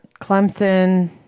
Clemson